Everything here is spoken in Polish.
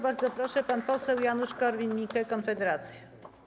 Bardzo proszę, pan poseł Janusz Korwin-Mikke, Konfederacja.